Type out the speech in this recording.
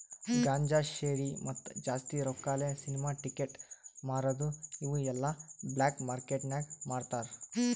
ಗಾಂಜಾ, ಶೇರಿ, ಮತ್ತ ಜಾಸ್ತಿ ರೊಕ್ಕಾಲೆ ಸಿನಿಮಾ ಟಿಕೆಟ್ ಮಾರದು ಇವು ಎಲ್ಲಾ ಬ್ಲ್ಯಾಕ್ ಮಾರ್ಕೇಟ್ ನಾಗ್ ಮಾರ್ತಾರ್